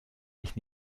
ich